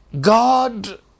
God